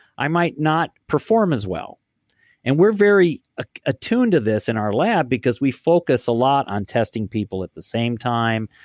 i might not perform as well and we're very ah attuned to this in our lab because we focus a lot on testing people at the same time,